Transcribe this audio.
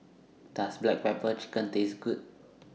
Does Black Pepper Chicken Taste Good